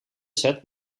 set